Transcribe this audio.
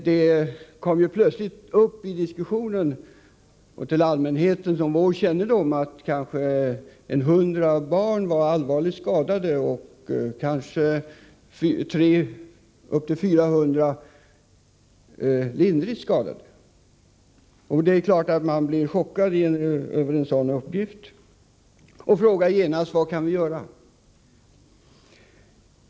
Det kom plötsligt upp i diskussionen, och till allmänhetens och vår kännedom, att kanske ett hundratal barn var allvarligt skadade och måhända upp till 400 lindrigt skadade. Det är klart att man blir chockad av sådana uppgifter och genast frågar: Vad kan vi göra?